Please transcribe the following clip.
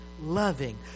loving